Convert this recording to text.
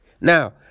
Now